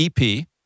EP